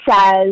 says